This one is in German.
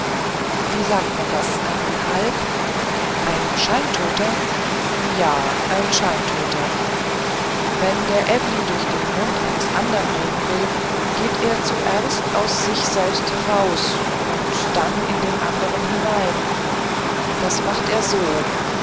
wie sagt man das ein halb ein scheintoter ja ein scheintoter wenn der ewli durch den mund eines andern reden will geht er zuerst aus sich selbst heraus und geht dann in den andern hinein das macht er so